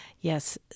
Yes